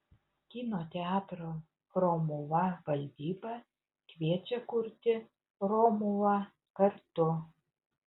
kino teatro romuva valdyba kviečia kurti romuvą kartu